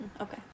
Okay